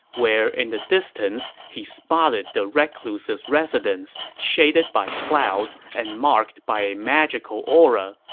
where, in the distance, he spotted the recluse's residence, shaded by clouds and marked by a magical aura,